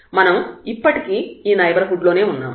మనం ఇప్పటికీ ఈ నైబర్హుడ్ లోనే ఉన్నాము